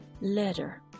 letter